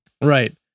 Right